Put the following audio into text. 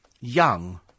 young